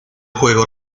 juego